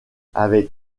avait